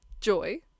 Joy